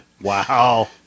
Wow